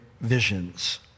visions